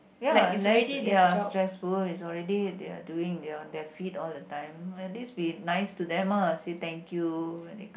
ya unless ya stressful is already their doing their on their feet all the time at least be nice to them lah say thank you when they come